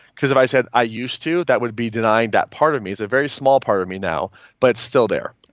because if i said i used to, that would be denying that part of me. it's a very small part of me now but it's still there.